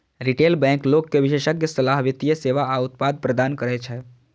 retail bank लोग कें विशेषज्ञ सलाह, वित्तीय सेवा आ उत्पाद प्रदान करै छै